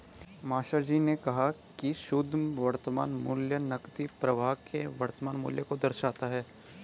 मास्टरजी ने कहा की शुद्ध वर्तमान मूल्य नकदी प्रवाह के वर्तमान मूल्य को दर्शाता है